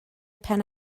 pen